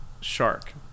shark